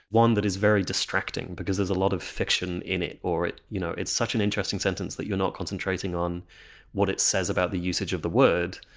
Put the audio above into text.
one that is very distracting, because there's a lot of fiction in it or it you know it's such an interesting sentence that you're not concentrating on what it says about the usage of the word,